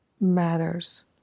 matters